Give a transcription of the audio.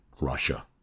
Russia